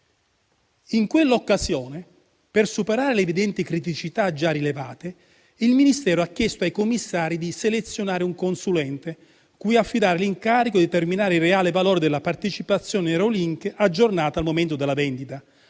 In quell'occasione, per superare le evidenti criticità già rilevate, il Ministero ha chiesto ai commissari di selezionare un consulente cui affidare l'incarico di determinare il reale valore della partecipazione in Eurolink aggiornata al momento della vendita,